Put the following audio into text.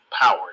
power